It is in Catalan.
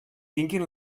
tinguin